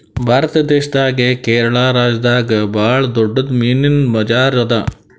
ಭಾರತ್ ದೇಶದಾಗೆ ಕೇರಳ ರಾಜ್ಯದಾಗ್ ಭಾಳ್ ದೊಡ್ಡದ್ ಮೀನಿನ್ ಬಜಾರ್ ಅದಾ